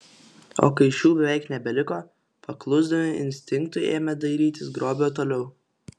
o kai šių beveik nebeliko paklusdami instinktui ėmė dairytis grobio toliau